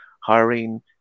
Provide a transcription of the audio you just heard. hiring